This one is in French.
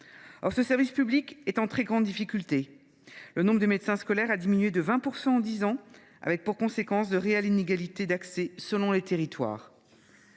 Or ce service public est en très grande difficulté. Le nombre de médecins scolaires a diminué de 20 % en dix ans, avec pour conséquence de réelles inégalités d’accès selon les territoires.